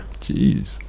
jeez